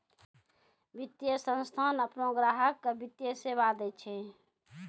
वित्तीय संस्थान आपनो ग्राहक के वित्तीय सेवा दैय छै